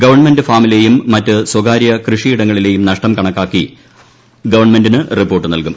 government ഫാമിലെയും മറ്റു സ്വകാര്യ കൃഷിയിടങ്ങളിലെയും നഷ്ടം കണക്കാക്കി ഗവൺമെന്റിന് റിപ്പോർട്ട് നൽകും